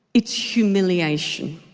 it's humiliation.